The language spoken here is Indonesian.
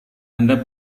anda